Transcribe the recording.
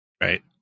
Right